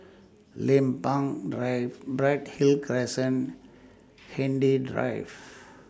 Lempeng Drive Bright Hill Crescent Hindhede Drive